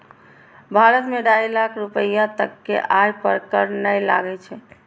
भारत मे ढाइ लाख रुपैया तक के आय पर कर नै लागै छै